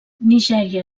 nigèria